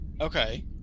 Okay